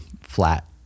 flat